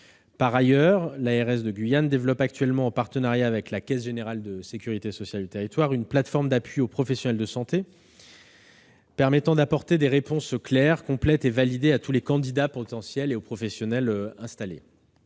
Par ailleurs, l'ARS de Guyane développe actuellement, en partenariat avec la caisse générale de sécurité sociale du territoire, une plateforme d'appui aux professionnels de santé permettant d'apporter des réponses claires, complètes et validées à tous les candidats potentiels et aux professionnels installés.